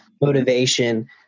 motivation